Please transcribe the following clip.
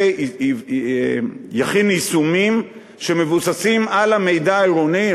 שיכין יישומים שמבוססים על המידע העירוני.